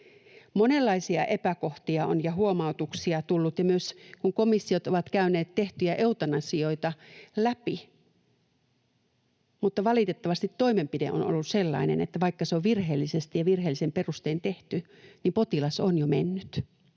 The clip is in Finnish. Monenlaisia epäkohtia ja huomautuksia on tullut ja myös, kun komissiot ovat käyneet tehtyjä eutanasioita läpi, mutta valitettavasti toimenpide on ollut sellainen, että vaikka se on virheellisesti ja virheellisin perustein tehty, niin potilas on jo mennyt.